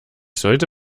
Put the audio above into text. sollte